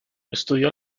estudió